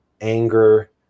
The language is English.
anger